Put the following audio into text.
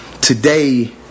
today